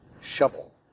shovel